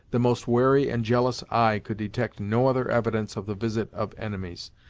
the most wary and jealous eye could detect no other evidence of the visit of enemies,